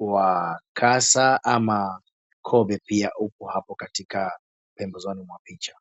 wa kasa ama kobe pia upo hapo katika pembezoni mwa picha.